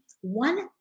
one